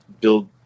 build